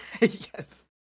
yes